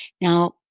Now